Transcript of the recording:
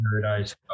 paradise